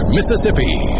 Mississippi